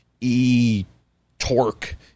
e-torque